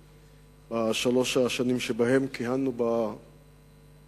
בשלוש השנים שבהן כיהנו בתפקידים,